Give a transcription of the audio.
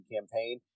campaign